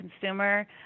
consumer